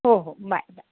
हो हो bye bye